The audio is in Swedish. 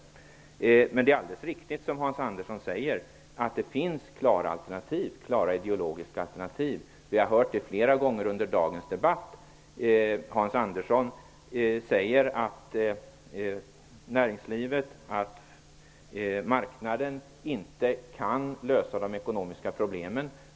Det är alldeles riktigt att det finns klara ideologiska alternativ. Vi har hört det flera gånger under dagens debatt. Hans Andersson säger att näringslivet, marknaden, inte kan lösa de ekonomiska problemen.